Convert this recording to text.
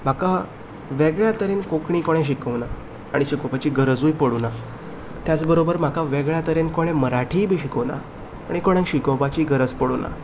म्हाका वेगळ्या तरेन कोंकणी कोणें शिकोवं ना आनी शिकोपाची गरजूय पडुना त्याच बराबर मागीर म्हाका वेगळ्या तरेन कोणें मराठीय बी शिकोवं ना आनी कोणें शिकोपाची गरज पडूं ना